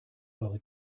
eure